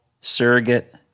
surrogate